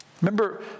Remember